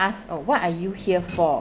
asked uh what are you here for